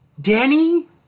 Danny